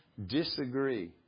disagree